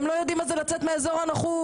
הם לא יודעים מה זה לצאת מאזור הנוחות.